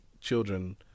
children